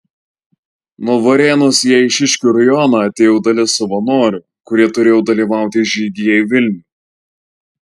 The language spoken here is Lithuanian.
nuo varėnos į eišiškių rajoną atėjo dalis savanorių kurie turėjo dalyvauti žygyje į vilnių